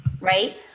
right